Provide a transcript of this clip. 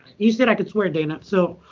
you said i could swear, dana. so